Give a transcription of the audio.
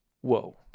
Whoa